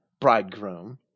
bridegroom